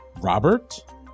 robert